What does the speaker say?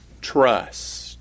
trust